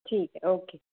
ठीक ऐ ओके